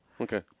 Okay